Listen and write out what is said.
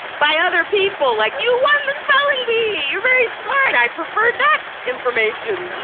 by other people, like, you won the spelling bee! you're very smart! i prefer that information.